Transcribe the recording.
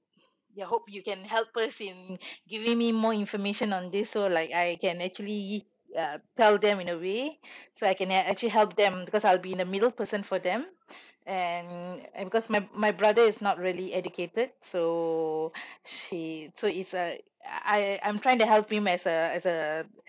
ya hope you can help us in giving me more information on this so like I can actually uh tell them in the way so I can actually help them because I'll be in the middle's person for them and and because my my brother is not really educated so he so he's uh I I'm trying to help him as a as a